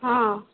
ହଁ